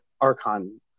Archon